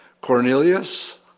Cornelius